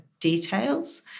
details